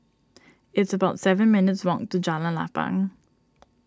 it's about seven minutes' walk to Jalan Lapang